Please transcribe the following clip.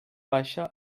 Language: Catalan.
baixa